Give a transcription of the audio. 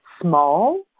small